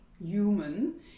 human